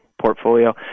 portfolio